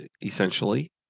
essentially